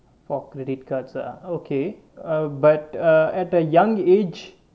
for credit cards ah okay ah but ah at a young age